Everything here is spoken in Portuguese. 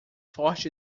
forte